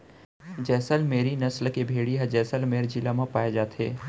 जैसल मेरी नसल के भेड़ी ह जैसलमेर जिला म पाए जाथे